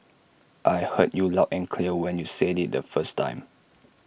I heard you loud and clear when you said IT the first time